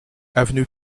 avenue